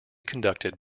conducted